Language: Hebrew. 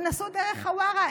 והם נסעו דרך חווארה,